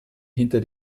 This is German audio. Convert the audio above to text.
hinter